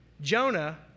Jonah